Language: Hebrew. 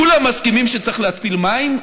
כולם מסכימים שצריך להתפיל מים,